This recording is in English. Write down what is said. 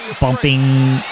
bumping